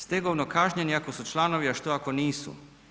Stegovno kažnjeni ako su članovi, a što ako nisu?